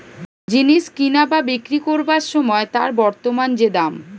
জিনিস কিনা বা বিক্রি কোরবার সময় তার বর্তমান যে দাম